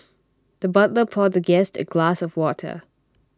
the butler poured the guest A glass of water